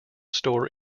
store